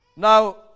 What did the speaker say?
Now